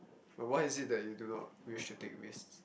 but why is it that you do not wish to take risk